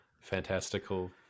fantastical